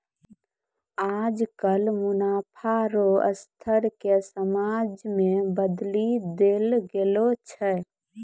आजकल मुनाफा रो स्तर के समाज मे बदली देल गेलो छै